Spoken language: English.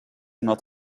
not